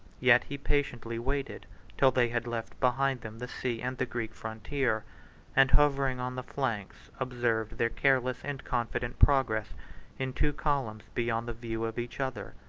yet he patiently waited till they had left behind them the sea and the greek frontier and hovering on the flanks, observed their careless and confident progress in two columns beyond the view of each other.